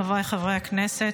חבריי חברי הכנסת,